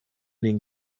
den